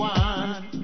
one